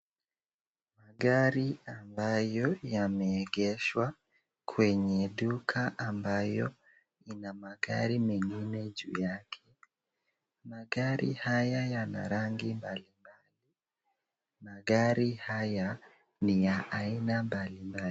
Magari ambayo yameegeshwa kwenye duka ambayo ina magari mengine juu yake. Magari haya yana rangi mbalimbali. Magari haya ni ya aina mbalimbali.